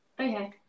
Okay